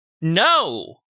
No